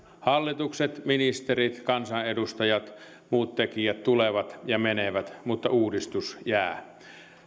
hallitukset ministerit kansanedustajat muut tekijät tulevat ja menevät mutta uudistus jää